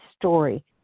story